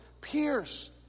pierce